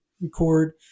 record